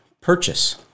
purchase